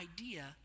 idea